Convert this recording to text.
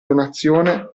donazione